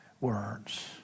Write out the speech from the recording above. words